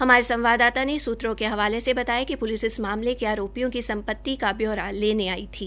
हमारे संवाददाता ने सूत्रों के हवाले से बताया कि प्लिस इस मामले के आरोपियों की संपत्ति का ब्यौरा लेने आई थी